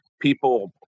people